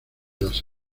las